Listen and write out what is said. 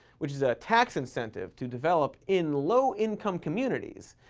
which is a tax incentive to develop in low-income communities.